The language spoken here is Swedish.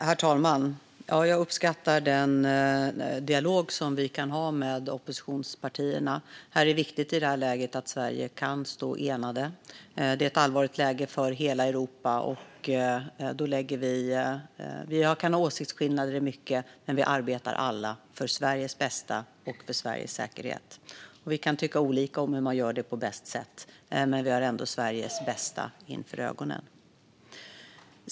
Herr talman! Jag uppskattar den dialog vi kan ha med oppositionspartierna. Det är i detta läge viktigt att Sverige kan stå enat. Det är ett allvarligt läge för hela Europa, och vi kan ha åsiktsskillnader i mycket men arbetar alla för Sveriges bästa och för Sveriges säkerhet. Vi kan tycka olika om hur man gör det på bästa sätt, men vi har ändå Sveriges bästa för ögonen.